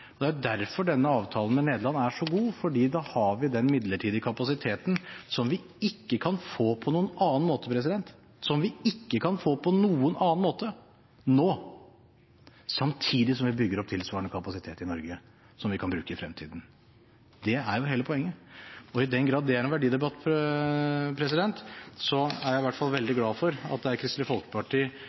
Det er derfor denne avtalen med Nederland er så god, for da har vi den midlertidige kapasiteten som vi ikke kan få på noen annen måte nå, samtidig som vi bygger opp tilsvarende kapasitet i Norge som vi kan bruke i fremtiden. Det er hele poenget. Og i den grad det er en verdidebatt, er jeg i hvert fall veldig glad for at det er Kristelig Folkeparti,